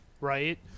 right